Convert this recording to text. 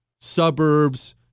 suburbs